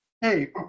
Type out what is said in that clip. hey